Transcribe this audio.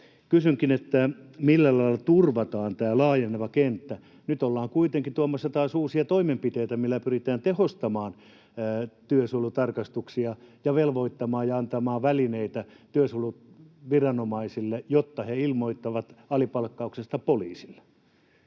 Kysynkin, millä lailla turvataan tämä laajeneva kenttä. Nyt ollaan kuitenkin tuomassa taas uusia toimenpiteitä, millä pyritään tehostamaan työsuojelutarkastuksia ja velvoittamaan ja antamaan välineitä työsuojeluviranomaisille, jotta he ilmoittavat alipalkkauksesta poliisille.